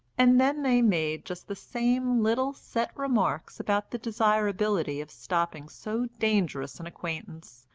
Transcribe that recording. and then they made just the same little set remarks about the desirability of stopping so dangerous an acquaintance,